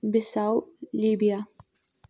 بِسَو Libya